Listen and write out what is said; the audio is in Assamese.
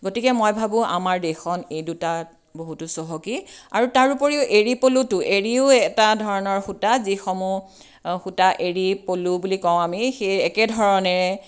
গতিকে মই ভাবোঁ আমাৰ দেশখন এই দুটা বহুতো চহকী আৰু তাৰ উপৰিও এৰীপলুটো এৰীও এটা ধৰণৰ সূতা যিসমূহ সূতা এৰীপলু বুলি কওঁ আমি সেই একে ধৰণেৰে